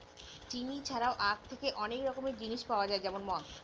চিনি ছাড়াও আঁখ থেকে অনেক রকমের জিনিস পাওয়া যায় যেমন মদ